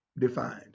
defined